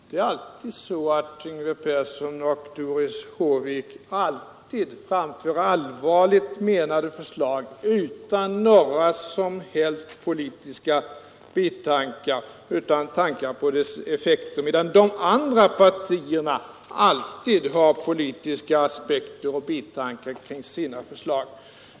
Det är alltid så att Yngve Persson och Doris Håvik framför allvarligt menade förslag utan några som helst biavsikter och utan tanke på förslagens politiska effekt, medan de andra partierna alltid anlägger politiska aspekter på och har politiska bitankar med sina förslag.